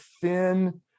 thin